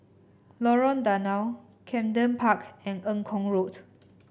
Lorong Danau Camden Park and Eng Kong Road